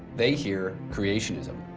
they hear creationism,